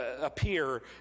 appear